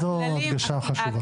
אבל זו הדגשה חשובה.